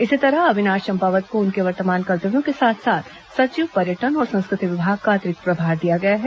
इसी तरह अविनाश चंपावत को उनके वर्तमान कर्तव्यों के साथ साथ सचिव पर्यटन और संस्कृति विभाग का अतिरिक्त प्रभार दिया गया है